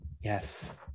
yes